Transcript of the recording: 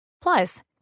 Plus